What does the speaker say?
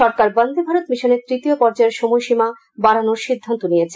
সরকার বন্দে ভারত মিশনের তৃতীয় পর্যায়ের সময়সীমা বাডানোর সিদ্ধান্ত নিয়েছে